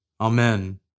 Amen